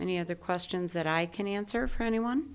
any other questions that i can answer for anyone